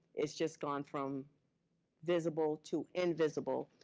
it's just gone from visible to invisible.